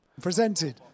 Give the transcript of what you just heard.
presented